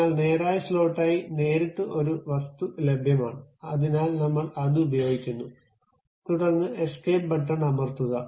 എന്നാൽ നേരായ സ്ലോട്ടായി നേരിട്ട് ഒരു വസ്തു ലഭ്യമാണ് അതിനാൽ നമ്മൾ അത് ഉപയോഗിക്കുന്നു തുടർന്ന് എസ്കേപ്പ്ബട്ടൺ അമർത്തുക